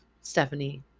Stephanie